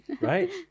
Right